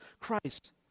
christ